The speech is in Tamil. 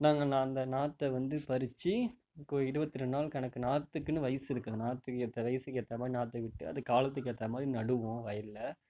நாங்கள் நாங்கள் அந்த நாற்றை வந்து பறிச்சு ஒரு இருபத்துரெண்டு நாள் கணக்கு நாற்றுக்குனு வயசு இருக்குது அந்த நாற்றுக்கு ஏற்ற வயதுக்கு ஏற்ற மாதிரி நாற்றை வந்து அது காலத்துக்கு ஏற்ற மாதிரி நடுவோம் வயலில்